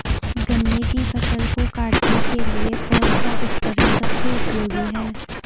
गन्ने की फसल को काटने के लिए कौन सा उपकरण सबसे उपयोगी है?